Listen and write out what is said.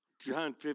John